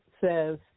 says